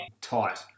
tight